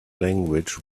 language